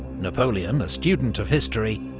napoleon, a student of history,